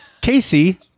Casey